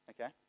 okay